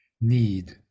need